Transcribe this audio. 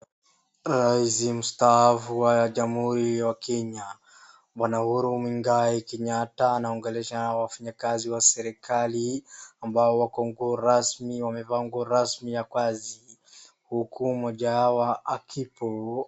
Rais mstaafu wa Jamhuri wa Kenya, Bwana Uhuru Muigai Kenyatta, anaongelesha na wafanyikazi wa serikali ambao wako nguo rasmi, wamevaa nguo rasmi ya kazi, huku mmoja wao akipo.